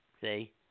see